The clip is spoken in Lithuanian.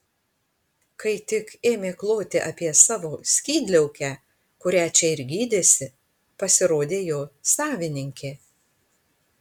kai tik ėmė kloti apie savo skydliaukę kurią čia ir gydėsi pasirodė jo savininkė